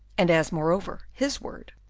and as, moreover, his word,